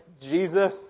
Jesus